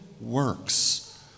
works